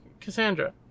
Cassandra